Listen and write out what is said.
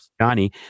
Johnny